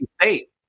State